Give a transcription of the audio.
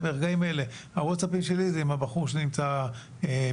ברגעים אלה הוואטסאפים שלי זה עם הבחור שנמצא ברוסיה.